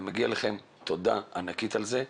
ומגיע לכם תודה ענקית על זה.